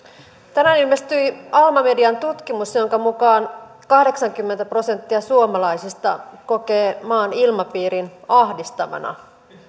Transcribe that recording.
tänään ilmestyi alma median tutkimus jonka mukaan kahdeksankymmentä prosenttia suomalaisista kokee maan ilmapiirin ahdistavana